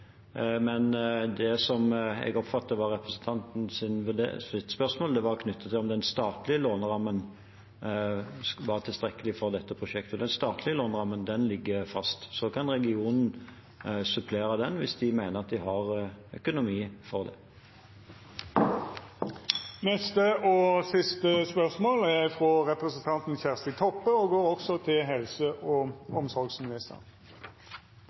Det jeg oppfattet var representantens spørsmål, var om den statlige lånerammen var tilstrekkelig for dette prosjektet, og den statlige lånerammen ligger fast. Regionen kan supplere den hvis de mener at de har økonomi til det. «Helse Møre og Romsdal har avlyst avtalen med entreprenørselskapet Skanska fordi kostnadene ble for store i forhold til